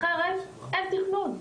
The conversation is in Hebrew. אחרת אין תכנון,